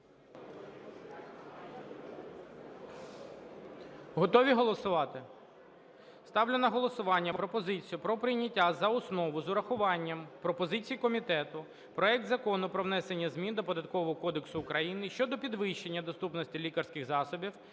Готові голосувати? Ставлю на голосування пропозицію про прийняття за основу з урахуванням пропозицій комітету проект Закону про внесення змін до Податкового кодексу України щодо підвищення доступності лікарських засобів,